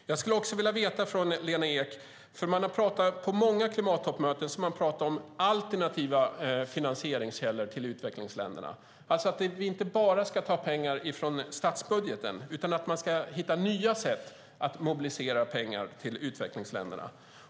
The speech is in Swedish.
På många klimattoppmöten har man talat om alternativa finansieringskällor för utvecklingsländerna. Man ska inte bara ta pengar från statsbudgeten utan hitta nya sätt att mobilisera pengar till utvecklingsländerna.